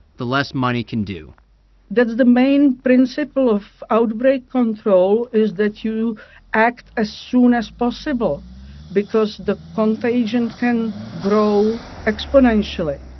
the less money can do the the main principle of outbreak control is that you act as ah soon as possible because the contagion can grow exponentially,